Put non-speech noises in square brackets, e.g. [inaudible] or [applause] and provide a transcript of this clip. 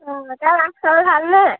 [unintelligible]